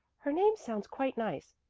her name sounds quite nice.